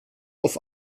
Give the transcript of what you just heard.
auf